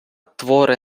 твори